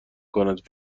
کند